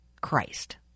Christ